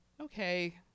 okay